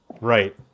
Right